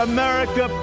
America